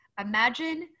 imagine